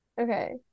okay